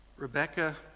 Rebecca